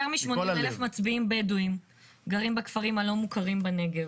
יותר מ-80,000 מצביעים בדואים גרים בכפרים הלא מוכרים בנגב.